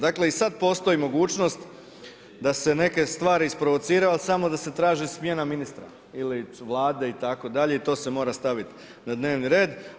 Dakle, i sad postoji mogućnost da se neke stvari isprovociraju, ali samo da se traži smjena ministra ili Vlade itd. i to se mora staviti na dnevni red.